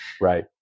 Right